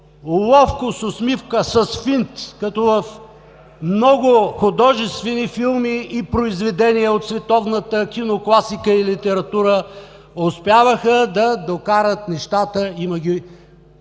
ловко, с усмивка, с финт, като в много художествени филми и произведения от световната кинокласика и литература успяваха да докарат нещата, има ги